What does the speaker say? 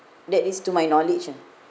that is to my knowledge ah